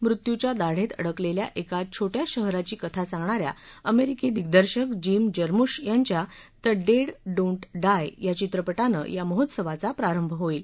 मृत्यूच्या दाढेत अडकलेल्या एका छोट्या शहराची कथा सांगणा या अमेरिकी दिग्दर्शक जिम जर्मुंब यांच्या द डेड डोन्ट डाय या चित्रपटानं या महोत्सवाचा प्रारंभ होईल